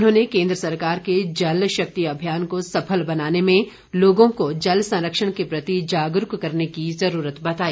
उन्होंने केन्द्र सरकार के जल शक्ति अभियान को सफल बनाने में लोगों को जल संरक्षण के प्रति जागरूक करने की जरूरत बताई